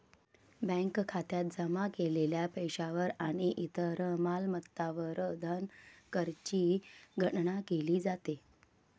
bank खात्यात जमा केलेल्या पैशावर आणि इतर मालमत्तांवर धनकरची गणना केली जाते